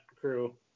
crew